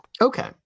Okay